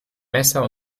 messer